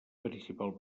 principal